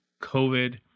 COVID